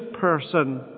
person